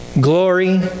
Glory